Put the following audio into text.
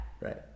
Right